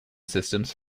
systems